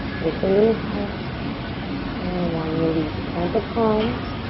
lift a little higher and one, release. plant the palms.